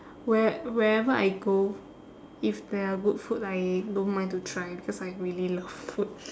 where~ wherever I go if there are good food I don't mind to try because I really love food